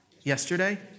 Yesterday